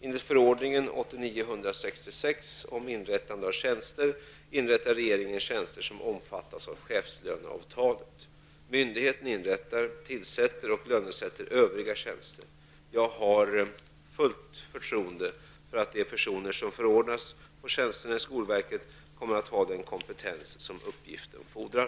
Enligt förordningen om inrättande av tjänster inrättar regeringen tjänster som omfattas av chefslöneavtalet. Myndigheten inrättar, tillsätter och lönesätter övriga tjänster. Jag har fullt förtroende för att de personer som förordnas på tjänsterna i skolverket kommer att ha den kompetens som uppgiften fordrar.